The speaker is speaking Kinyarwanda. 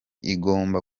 igomba